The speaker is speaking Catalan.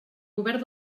govern